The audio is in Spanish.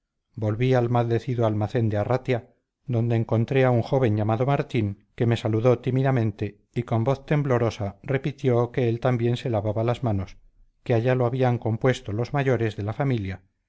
volví al maldecido almacén de arratia donde encontré a un joven llamado martín que me saludó tímidamente y con voz temblorosa repitió que él también se lavaba las manos que allá lo habían compuesto los mayores de la familia